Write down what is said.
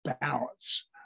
balance